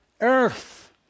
earth